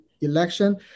election